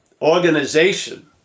organization